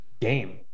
game